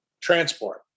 transport